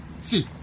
See